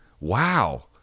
wow